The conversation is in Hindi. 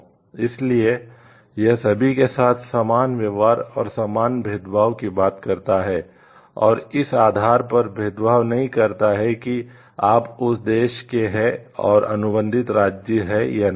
इसलिए यह सभी के साथ समान व्यवहार और समान भेदभाव की बात करता है और इस आधार पर भेदभाव नहीं करता है कि आप उस देश के हैं और अनुबंधित राज्य हैं या नहीं